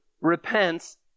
repents